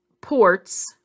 Ports